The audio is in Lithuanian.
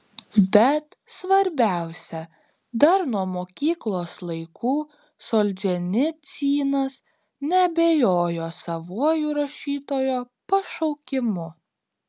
bet svarbiausia dar nuo mokyklos laikų solženicynas neabejojo savuoju rašytojo pašaukimu